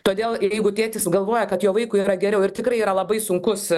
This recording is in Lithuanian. todėl jeigu tėtis galvoja kad jo vaikui yra geriau ir tikrai yra labai sunkus